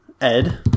Ed